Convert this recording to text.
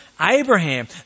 Abraham